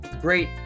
great